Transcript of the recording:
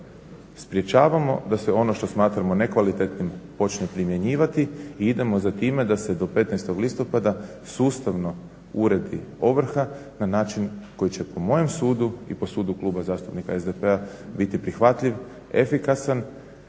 sprječavamo da se ono što smatramo nekvalitetnim počne primjenjivati i idemo za time da se do 15. listopada sustavno uredi ovrha na način koji će po mojem sudu i po sudu kluba zastupnika SDP-a biti prihvatljiv, efikasan